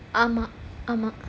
ஆமா ஆமா:aamaa aamaa